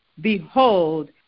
Behold